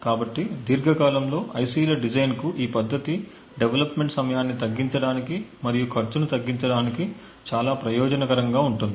కాబట్టి దీర్ఘకాలంలో ఐసిల డిజైన్కు ఈ పద్దతి డెవలప్ మెంట్ సమయాన్ని తగ్గించడానికి మరియు ఖర్చును తగ్గించడానికి చాలా ప్రయోజనకరంగా ఉంటుంది